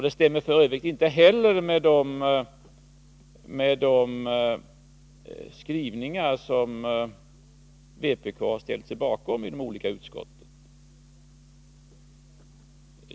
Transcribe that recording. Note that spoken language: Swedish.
Det stämmer f. ö. inte heller med de skrivningar som vpk har ställt sig bakom i de olika utskotten.